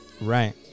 Right